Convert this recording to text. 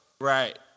Right